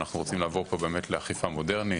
ואנחנו רוצים לבוא פה באמת לאכיפה מודרנית,